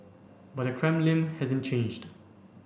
but the Kremlin hasn't changed